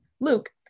Luke